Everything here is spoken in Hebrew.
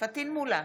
פטין מולא,